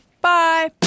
Bye